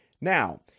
Now